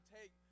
take